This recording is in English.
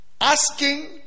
Asking